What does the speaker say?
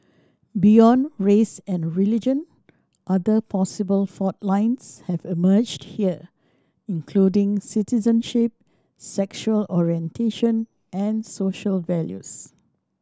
beyond race and religion other possible fault lines have emerged here including citizenship sexual orientation and social values